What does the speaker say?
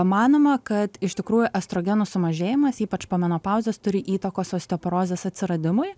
manoma kad iš tikrųjų estrogenų sumažėjimas ypač po menopauzės turi įtakos osteoporozės atsiradimui